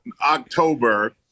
October